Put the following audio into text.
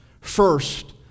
First